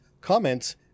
comments